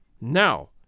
Now